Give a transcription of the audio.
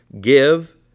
Give